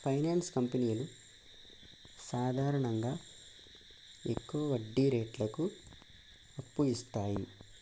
finance కంపెనీలు సాధారణంగా ఎక్కువ వడ్డీరేట్లకు అప్పు ఇస్తాయి